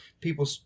people